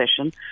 session